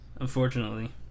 unfortunately